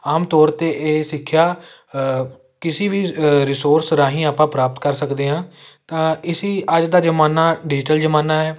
ਆਮ ਤੌਰ 'ਤੇ ਇਹ ਸਿੱਖਿਆ ਕਿਸੀ ਵੀ ਰਿਸੋਰਸ ਰਾਹੀਂ ਆਪਾਂ ਪ੍ਰਾਪਤ ਕਰ ਸਕਦੇ ਹਾਂ ਤਾਂ ਇਸੀ ਅੱਜ ਦਾ ਜ਼ਮਾਨਾ ਡਿਜੀਟਲ ਜ਼ਮਾਨਾ ਹੈ